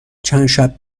چندشب